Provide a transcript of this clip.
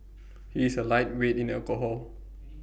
he is A lightweight in alcohol